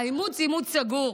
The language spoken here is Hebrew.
האימוץ הוא אימוץ סגור.